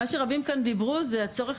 (הצגת מצגת) רבים דיברו כאן על הצורך